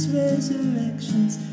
resurrection's